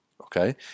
Okay